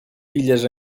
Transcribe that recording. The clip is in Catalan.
filles